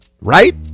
right